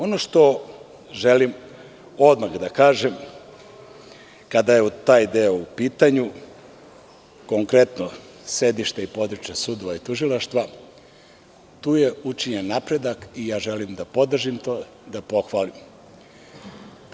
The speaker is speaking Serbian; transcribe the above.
Ono što želim odmah da kažem kada je taj deo u pitanju, konkretno sedište i područja sudova i tužilaštava, tu je učinjen napredak i želim da podržim i pohvalim to.